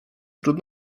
trud